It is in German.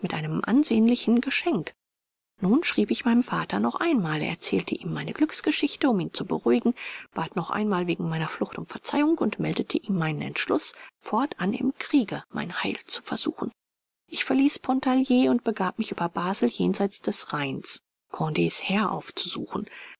mit einem ansehnlichen geschenk nun schrieb ich meinem vater noch einmal erzählte ihm meine glücksgeschichte um ihn zu beruhigen bat noch einmal wegen meiner flucht um verzeihung und meldete ihm meinen entschluß fortan im kriege mein heil zu versuchen ich verließ pontarlier und begab mich über basel jenseits des raines conds heer aufzusuchen